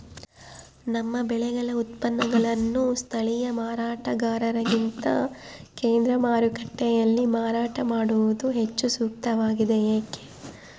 ನಮ್ಮ ಬೆಳೆಗಳ ಉತ್ಪನ್ನಗಳನ್ನು ಸ್ಥಳೇಯ ಮಾರಾಟಗಾರರಿಗಿಂತ ಕೇಂದ್ರ ಮಾರುಕಟ್ಟೆಯಲ್ಲಿ ಮಾರಾಟ ಮಾಡುವುದು ಹೆಚ್ಚು ಸೂಕ್ತವಾಗಿದೆ, ಏಕೆ?